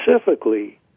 specifically